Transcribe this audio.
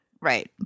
Right